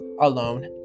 alone